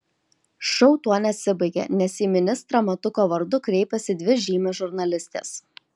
šou tuo nesibaigia nes į ministrą matuko vardu kreipiasi dvi žymios žurnalistės